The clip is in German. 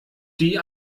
die